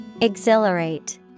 Exhilarate